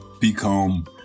become